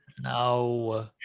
no